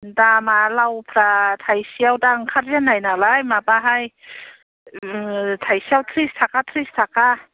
दामा लावफ्रा थाइसेयाव दा ओंखारजेन्नाय नालाय माबाहाय थाइसेयाव ट्रिस थाखा ट्रिस थाखा